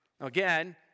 Again